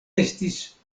estis